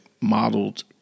modeled